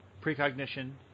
precognition